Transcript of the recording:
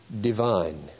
divine